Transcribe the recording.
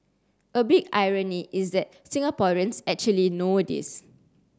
a big irony is that Singaporeans actually know this